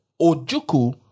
Ojuku